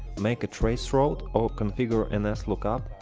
make a traceroute or configure and nslookup,